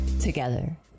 together